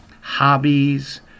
hobbies